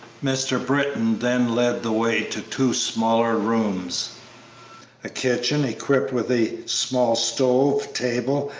mr. britton then led the way to two smaller rooms a kitchen, equipped with a small stove, table,